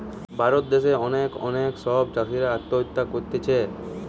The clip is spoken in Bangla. ভারত দ্যাশে অনেক অনেক সব চাষীরা আত্মহত্যা করতিছে